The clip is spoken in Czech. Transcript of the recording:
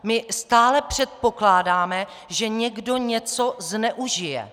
My stále předpokládáme, že někdo něco zneužije.